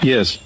Yes